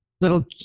Little